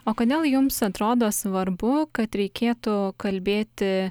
o kodėl jums atrodo svarbu kad reikėtų kalbėti